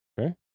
Okay